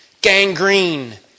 Gangrene